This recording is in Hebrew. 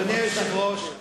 אדוני היושב-ראש,